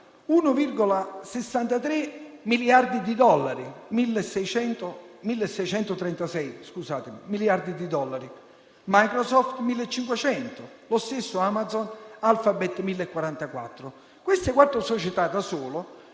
1.636 miliardi di dollari, Microsoft 1.500, lo stesso Amazon, Alphabet 1.044. Queste quattro società da sole